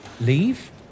leave